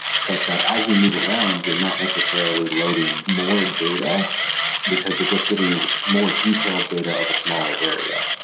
such that as you move around, you're not necessarily loading more data because you're just getting more detailed data of a smaller area,